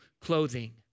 clothing